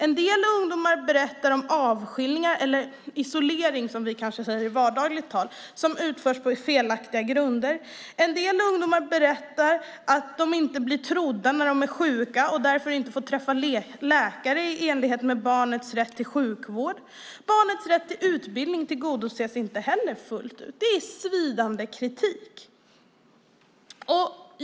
En del ungdomar berättar om avskiljningar, eller isolering som vi kanske säger i vardagligt tal, som utförs på felaktiga grunder. En del ungdomar berättar att de inte blir trodda när de är sjuka och därför inte får träffa läkare i enlighet med barnets rätt till sjukvård. Barnets rätt till utbildning tillgodoses inte heller fullt ut. Det är svidande kritik.